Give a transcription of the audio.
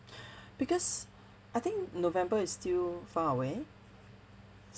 because I think november is still far away